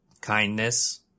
kindness